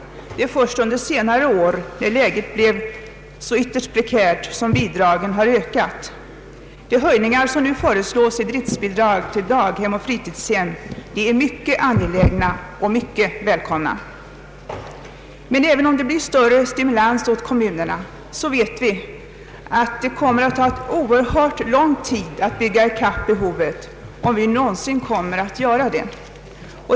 Först under senare år, när läget blivit ytterst prekärt, har bidraget ökat. De höjningar som nu föreslås i driftbidrag till daghem och fritidshem är mycket angelägna och mycket välkomna. Men även om det blir mera stimulans åt kommunerna vet vi att det kommer att ta oerhört lång tid att bygga i kapp behovet — om vi någonsin kommer att göra det.